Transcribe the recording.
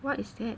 what is that